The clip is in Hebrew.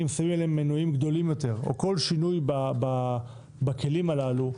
אם שמים עליהם מנועים גדולים יותר או כל שינוי בכלים הללו,